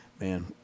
Man